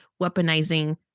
weaponizing